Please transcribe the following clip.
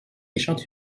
méchante